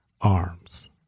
arms